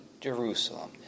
Jerusalem